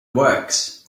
works